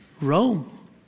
Rome